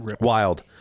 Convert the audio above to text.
Wild